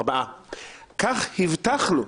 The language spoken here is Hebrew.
"כך הבטחנו"